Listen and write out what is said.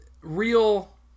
real